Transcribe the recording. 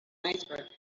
iceberg